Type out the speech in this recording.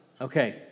Okay